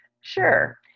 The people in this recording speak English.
Sure